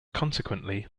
consequently